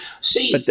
See